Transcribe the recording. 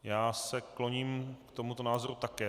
Já se kloním k tomuto názoru také.